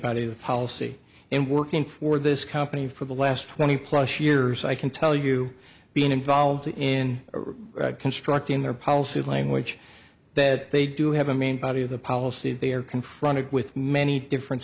of policy and working for this company for the last twenty plus years i can tell you being involved in a construct in their policy of language that they do have a main body of the policy they are confronted with many different